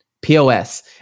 POS